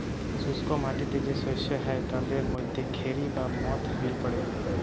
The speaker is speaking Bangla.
শুস্ক মাটিতে যে শস্য হ্যয় তাদের মধ্যে খেরি বা মথ বিল পড়ে